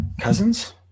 Cousins